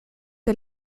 der